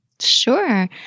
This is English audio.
Sure